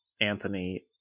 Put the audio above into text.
Anthony